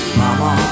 mama